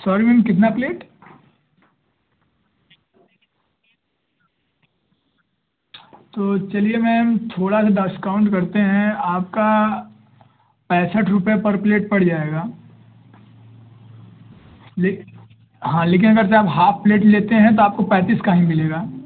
sorry ma'am कितना plate तो चलिए मैम थोड़ा भी डासकाउंट करते हैं आपका पैंसठ रुपये पर प्लेट पड़ जाएगा ले हाँ लेकिन अगरचे आप हाफ़ प्लेट लेते हैं तो आपको पैंतीस की ही मिलेगी